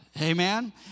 Amen